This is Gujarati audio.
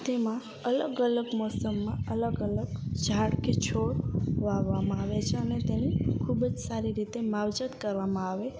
તેમાં અલગ અલગ મોસમમાં અલગ અલગ ઝાડ કે છોડ વાવવામાં આવે છે અને તેની ખૂબ જ સારી રીતે માવજત કરવામાં આવે